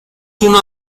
una